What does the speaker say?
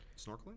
Snorkeling